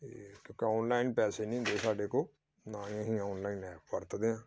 ਅਤੇ ਕਿਉਂਕਿ ਔਨਲਾਈਨ ਪੈਸੇ ਨਹੀਂ ਹੁੰਦੇ ਸਾਡੇ ਕੋਲ ਨਾ ਹੀ ਅਸੀਂ ਔਨਲਾਈਨ ਐਪ ਵਰਤਦੇ ਹਾਂ